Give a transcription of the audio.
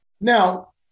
Now